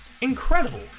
incredible